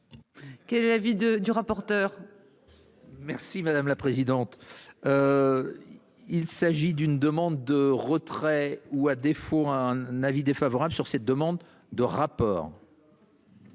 Qu'est l'avis de du rapporteur. Merci madame la présidente. Il s'agit d'une demande de retrait ou à défaut un avis défavorable sur cette demande de rapport.